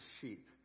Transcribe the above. sheep